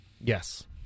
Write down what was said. Yes